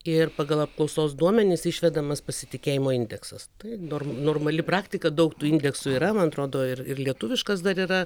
ir pagal apklausos duomenis išvedamas pasitikėjimo indeksas tai norm normali praktika daug tų indeksų yra man atrodo ir ir lietuviškas dar yra